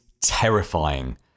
terrifying